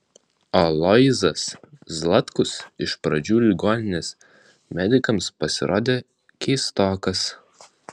aloyzas zlatkus iš pradžių ligoninės medikams pasirodė keistokas